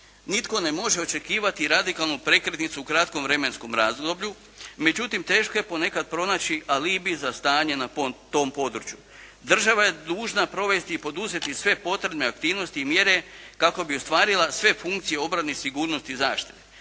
nitko ne može očekivati radikalnu prekretnicu u kratkom vremenskom razdoblju, međutim teško je ponekad pronaći alibi za stanje na tom području. Država je dužna provesti i poduzeti sve potrebne aktivnosti i mjere kako bi ostvarila sve funkcije obrane i sigurnosti, zaštite.